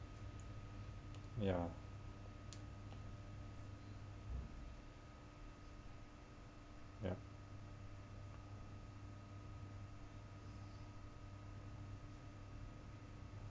ya ya